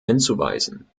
hinzuweisen